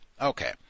Okay